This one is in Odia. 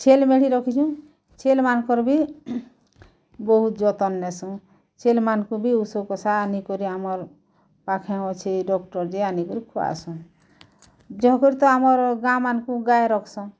କୁକୁଡ଼ା ରଖିଚୁଁ ଛେଲି ମେଣ୍ଢି ବି ରଖିଚୁଁ ଛେଲିମାନଙ୍କର ବି ବହୁତ ଯତନ ନେସୁଁ ଛେଲିମାନଙ୍କ ବି ଓଷ କଷା ଆନିକରି ଆମର୍ ପାଖେ ଅଛି ଡକ୍ଟର ଯେ ଆନିକରି ଖୁଆସୁଁ